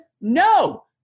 No